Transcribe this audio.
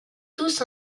tous